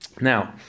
now